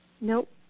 Nope